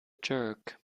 jerk